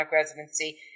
residency